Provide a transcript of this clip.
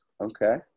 Okay